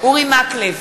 אורי מקלב,